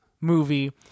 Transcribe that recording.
movie